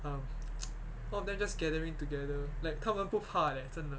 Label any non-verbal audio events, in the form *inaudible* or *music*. um *noise* all of them just gathering together like 他们不怕 leh 真的